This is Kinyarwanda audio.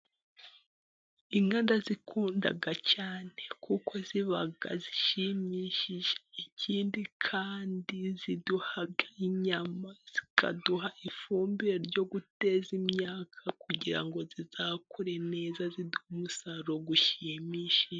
Inka ndazikunda cyane, kuko ziba shimishije. Ikindi kandi ziduha inyama, zikaduha ifumbire yo guteza imyaka kugira ngo izakure neza, iduhe umusaruro ushimishije.